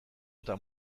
eta